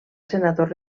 senador